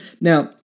Now